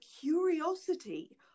curiosity